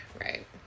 Right